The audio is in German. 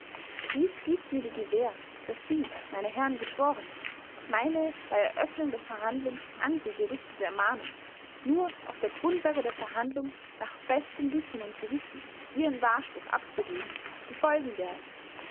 dies gibt mir die gewähr daß sie meine herren geschworenen meine bei eröffnung der verhandlung an sie gerichtete ermahnung nur auf der grundlage der verhandlung nach bestem wissen und gewissen ihren wahrspruch abzugeben befolgen werden